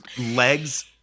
legs